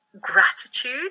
gratitude